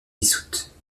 dissoute